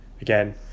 again